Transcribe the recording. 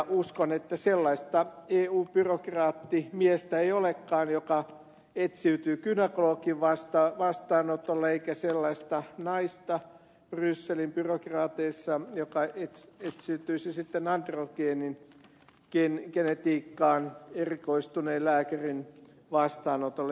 uskon että sellaista eu byrokraattimiestä ei olekaan joka etsiytyy gynekologin vastaanotolle eikä sellaista naista brysselin byrokraateissa joka ei itse sytysisi tämän kerrottiin etsiytyisi sitten androgenetiikkaan erikoistuneen lääkärin vastaanotolle